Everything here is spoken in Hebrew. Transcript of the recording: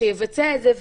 שיבצע את זה,